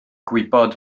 gwybod